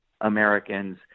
Americans